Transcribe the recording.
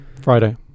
Friday